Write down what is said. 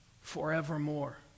forevermore